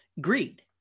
Greed